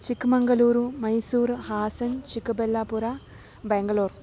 Chikmagalur Mysuru Hassan Chikballapur Bengaluru